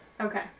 Okay